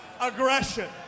aggression